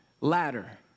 ladder